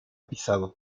pisado